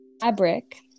fabric